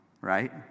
right